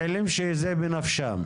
פעילים שזה בנפשם.